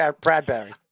Bradbury